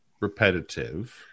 repetitive